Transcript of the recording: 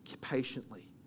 patiently